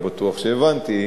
לא בטוח שהבנתי,